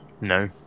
No